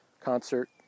concert